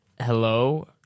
hello